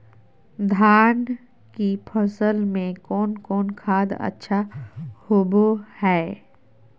धान की फ़सल में कौन कौन खाद अच्छा होबो हाय?